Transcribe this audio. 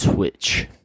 Twitch